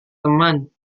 teman